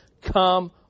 Come